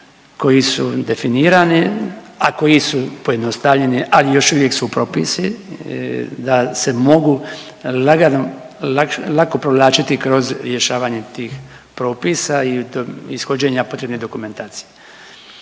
koji su definirani, a koji su pojednostavljeni, ali još uvijek su propisi da se mogu lagano, lako provlačiti kroz rješavanje tih propisa i do ishođenja potrebne dokumentacije.